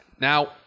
Now